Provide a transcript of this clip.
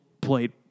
played